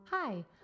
Hi